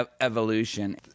evolution